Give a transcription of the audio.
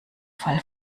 fall